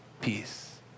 peace